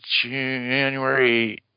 January